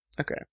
Okay